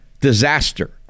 disaster